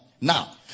Now